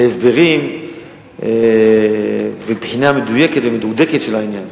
להסברים ולבחינה מדויקת ומדוקדקת של העניין.